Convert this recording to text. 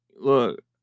look